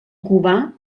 cubà